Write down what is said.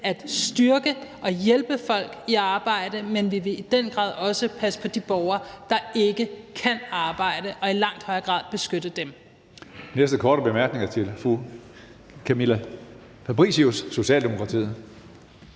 indsatsen og hjælpe folk i arbejde, men vi vil i den grad også passe på de borgere, der ikke kan arbejde, og i langt højere grad beskytte dem.